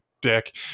dick